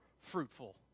fruitful